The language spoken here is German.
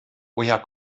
woher